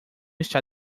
está